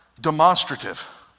demonstrative